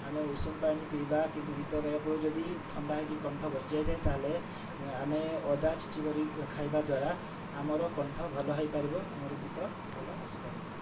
ଆମେ ଉଷୁମ ପାଣି ପିଇବା କିନ୍ତୁ ଗୀତ ଗାଇବା ପୂର୍ବରୁ ଯଦି ଥଣ୍ଡା ହେଇକି କଣ୍ଠ ବସିଯାଇ ଥାଏ ତା ହେଲେ ଆମେ ଅଦା ଛେଚି କରି ଖାଇବା ଦ୍ୱାରା ଆମର କଣ୍ଠ ଭଲ ହୋଇପାରିବ ଆମର ଗୀତ ଭଲ ଆସିପାରିବ